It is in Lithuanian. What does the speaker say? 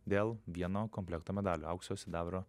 dėl vieno komplekto medalių aukso sidabro